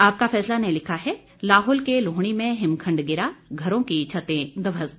आपका फैसला ने लिखा है लाहुल के लोहणी में हिमखंड गिरा घरों की छतें ध्वस्त